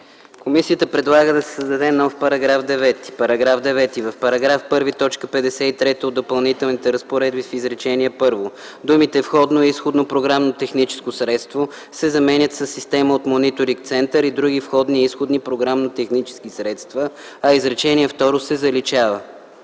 Комисията предлага да се създаде нов § 9: „§ 9. В § 1, т. 53 от допълнителните разпоредби в изречение първо думите „входно-изходно програмно-техническо средство” се заменят със „система от мониторинг център и други входно-изходни програмно-технически средства”, а изречение второ се заличава.”